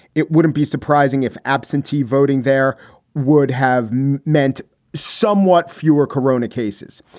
it wouldn't be surprising if absentee voting there would have meant somewhat fewer corona cases.